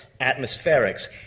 atmospherics